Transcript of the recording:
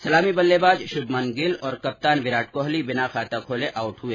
सलामी बल्लेबाज शुभमन गिल और कप्तान विराट कोहली बिना खाता खोले आउट हुए